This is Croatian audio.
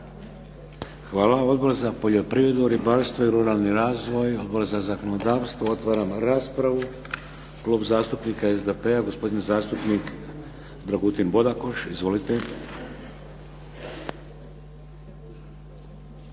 Hvala. Odbor za poljoprivredu, ribarstvo i ruralni razvoj, Odbor za zakonodavstvo? Otvaram raspravu. Klub zastupnika SDP-a gospodin zastupnik Dragutin Bodakoš. Izvolite.